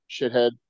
Shithead